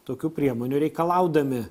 tokių priemonių reikalaudami